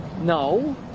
No